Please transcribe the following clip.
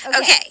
Okay